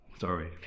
Sorry